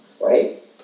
right